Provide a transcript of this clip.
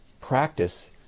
practice